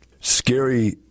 Scary